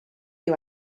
you